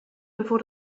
bevor